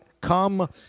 come